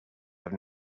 have